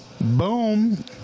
Boom